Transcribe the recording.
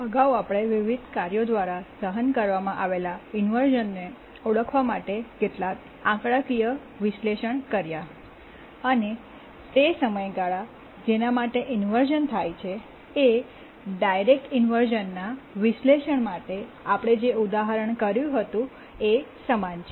અગાઉ આપણે વિવિધ કાર્યો દ્વારા સહન કરવામાં આવેલા ઇન્વર્શ઼નને ઓળખવા માટે કેટલાક આંકડાકીય વિશ્લેષણ કર્યા અને તે સમયગાળા જેના માટે ઇન્વર્શ઼ન થાય છે એ ડાયરેક્ટ ઇન્વર્શ઼નના વિશ્લેષણ માટે આપણે જે ઉદાહરણ કર્યું હતું એ સમાન છે